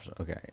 Okay